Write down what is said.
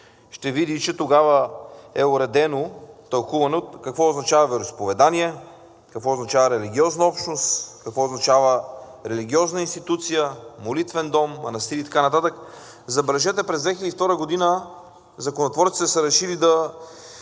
ще види, че тогава е уредено тълкуване какво означава вероизповедание, какво означава религиозна общност, какво означава религиозна институция, молитвен дом, манастир и така нататък. Забележете, през 2002 г. законотворците са решили да